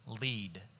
lead